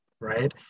right